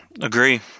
Agree